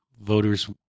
voters